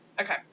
Okay